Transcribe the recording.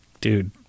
dude